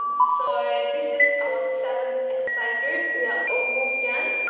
um so this is our seventh exercise group. we are almost done.